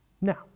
Now